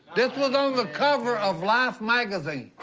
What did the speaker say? this was on the cover of life magazine.